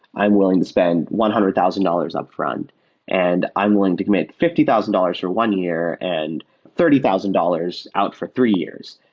i'm willing to spend one hundred thousand dollars upfront and i'm willing to commit fifty thousand dollars for one year and thirty thousand dollars out for three years.